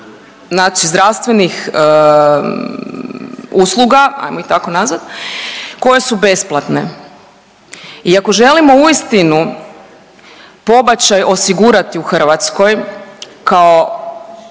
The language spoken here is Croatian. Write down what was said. znači zdravstvenih usluga, ajmo ih tako nazvati koje su besplatne. I ako želimo uistinu pobačaj osigurati u Hrvatskoj kao